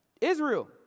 Israel